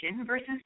versus